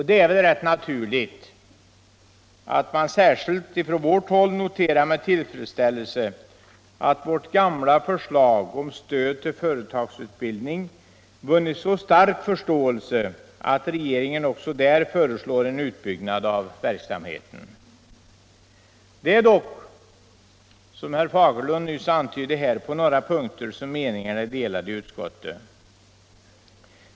Det är väl naturligt att vi särskilt med tillfredsställelse noterar att vårt gamla förslag om stöd till företagsutbildning vunnit så stark förståelse att regeringen också där föreslår en utbyggnad av verksamheten. Det finns dock, som herr Fagerlund nyss antydde, några punkter där meningarna är delade i utskottet.